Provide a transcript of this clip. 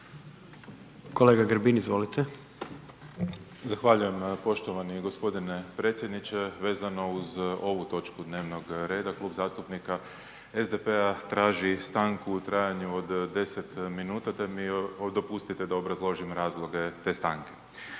**Grbin, Peđa (SDP)** Zahvaljujem poštovani gospodine predsjedniče. Vezano uz ovu točku dnevnog reda Klub zastupnika SDP-a traži stanku u trajanju od 10 minuta, te mi dopustite da obrazložim razloge te stanke.